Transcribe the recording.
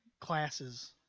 classes